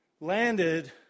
landed